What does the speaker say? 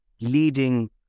leading